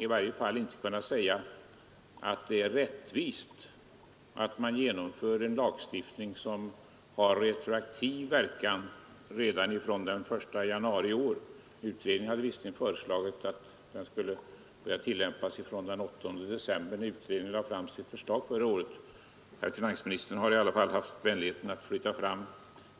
I varje fall kan man inte säga att det är rättvist att genomföra en lagstiftning som har retroaktiv verkan redan från den 1 januari i år. Utredningen hade visserligen föreslagit att lagen skulle börja tillämpas från den 8 december förra året, då utredningen lade fram sitt förslag, men finansministern har haft vänligheten att flytta fram